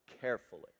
carefully